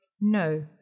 no